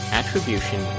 attribution